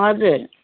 हजुर